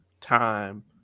time